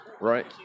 right